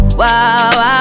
wow